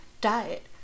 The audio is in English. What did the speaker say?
Diet